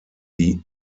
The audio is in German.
die